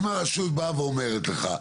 אם הרשות באה ואומרת לך.